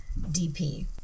DP